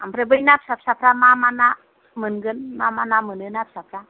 आमफ्राय बै ना फिसा फिसाफ्रा मा मा ना मोनगोन मा मा ना मोनो ना फिसाफ्रा